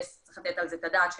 צריך לתת את הדעת על כך